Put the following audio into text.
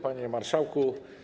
Panie Marszałku!